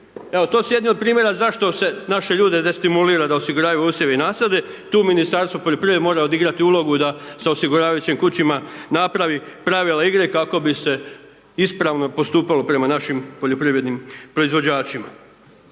to su jedni od primjera zašto se naše ljude destimulira da osiguravaju usjeve i nasade, tu Ministarstvo poljoprivrede mora odigrati ulogu da sa osiguravajućim kućama napravi pravila igre kako bi se ispravno postupalo prema našim poljoprivrednim proizvođačima.